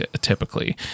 typically